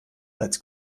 als